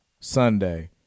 Sunday